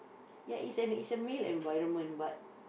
ya it's a it's a male environment but